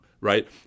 right